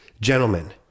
gentlemen